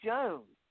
Jones